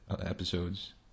episodes